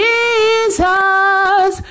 Jesus